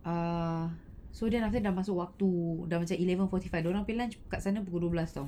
err so then after that dah masuk waktu dah eleven forty five dia orang punya lunch kat sana pukul dua belas [tau]